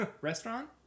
Restaurant